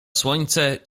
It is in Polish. słońce